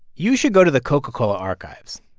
you should go to the coca-cola archives.